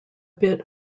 bit